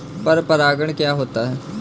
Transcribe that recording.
पर परागण क्या होता है?